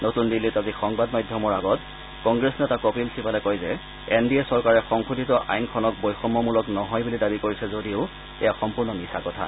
নতুন দিল্লীত আজি সংবাদ মাধ্যমৰ আগত কংগ্ৰেছ নেতা কপিল ছিবালে কয় যে এন ডি এ চৰকাৰে সংশোধিত আইনখনক বৈষম্যমূলক নহয় বুলি দাবী কৰিছে যদিও এয়া সম্পূৰ্ণ মিছা কথা